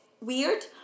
weird